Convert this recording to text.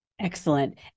Excellent